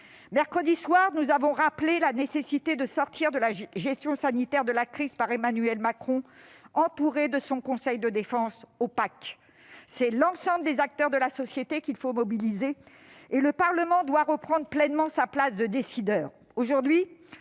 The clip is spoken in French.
Mercredi soir, nous avons rappelé qu'il est nécessaire de sortir de la gestion sanitaire de la crise décidée par Emmanuel Macron, entouré de son conseil de défense opaque. C'est l'ensemble des acteurs de la société qu'il faut mobiliser, et le Parlement doit reprendre pleinement sa place de décideur.